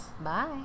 bye